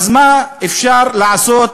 אז מה אפשר לעשות